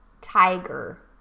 Tiger